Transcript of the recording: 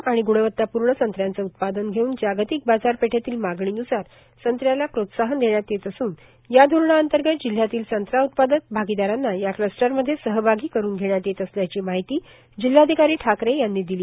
निर्यातक्षम आणि ग्णवत्तापूर्ण संत्र्याचं उत्पादन घेऊन जागतिक बाजारपेठेतील मागणीनुसार संत्र्याला प्रोत्साहन देण्यात येत असून या धोरणाअंतर्गत जिल्ह्यातील संत्रा उत्पादक भागीदारांना या क्लस्टरमध्ये सहभागी करून घेण्यात येत असल्याची माहिती जिल्हाधिकारी ठाकरे यांनी दिली